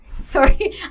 sorry